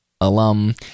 alum